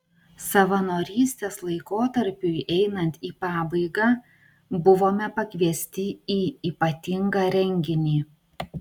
savanorystės laikotarpiui einant į pabaigą buvome pakviesti į ypatingą renginį